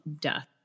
death